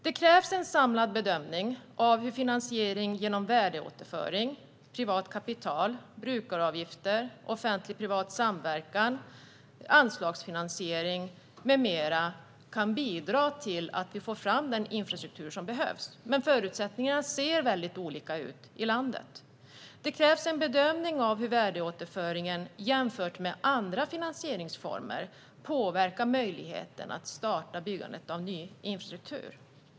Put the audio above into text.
Det krävs en samlad bedömning av hur finansiering genom värdeåterföring, privat kapital, brukaravgifter, offentlig-privat samverkan, anslagsfinansiering med mera kan bidra till att vi får fram den infrastruktur som behövs. Men förutsättningarna i landet ser väldigt olika ut. Det krävs en bedömning av hur värdeåterföring, jämfört med andra finansieringsformer, påverkar möjligheten att starta byggandet av ny infrastruktur.